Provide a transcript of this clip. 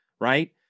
right